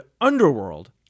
UNDERWORLD